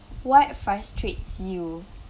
what frustrates you